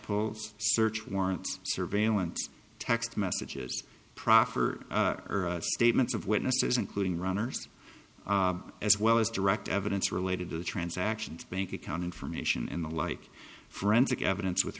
post search warrants surveillance text messages proffer statements of witnesses including runners as well as direct evidence related to the transactions bank account information and the like forensic evidence with